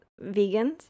vegans